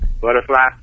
Butterfly